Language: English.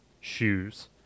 shoes